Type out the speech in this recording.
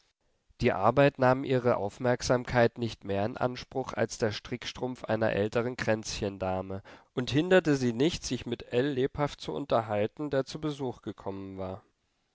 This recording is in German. die arbeit nahm ihre aufmerksamkeit nicht mehr in anspruch als der strickstrumpf die einer älteren kränzchendame und hinderte sie nicht sich lebhaft mit ell zu unterhalten der zum besuch gekommen war